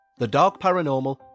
thedarkparanormal